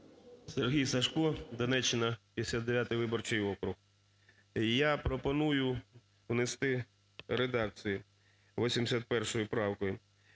Сергій Сажко, Донеччина, 59 виборчий округ. Я пропоную внести редакцію 81 правкою.